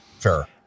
Sure